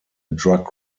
drug